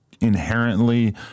inherently